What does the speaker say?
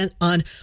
on